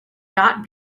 not